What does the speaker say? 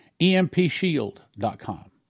EMPShield.com